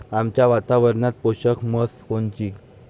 आमच्या वातावरनात पोषक म्हस कोनची?